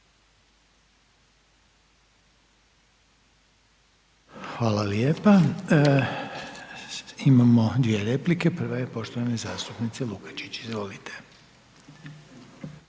Hvala lijepa. Imamo dvije replika. Prva je poštovane zastupnice Lukačić, izvolite.